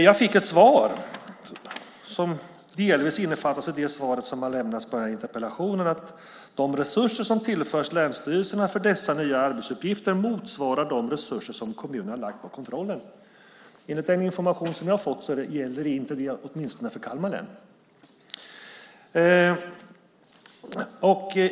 Jag fick ett svar, som delvis innefattas i det svar som har lämnats på dagens interpellation, att de resurser som tillförs länsstyrelserna för dessa nya arbetsuppgifter motsvarar de resurser som kommunerna har lagt på kontrollen. Enligt den information jag har fått gäller detta åtminstone inte för Kalmar län.